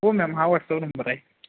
हो मॅम हा WhatsApp number आहे